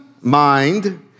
mind